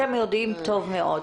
אתם יודעים טוב מאוד.